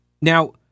Now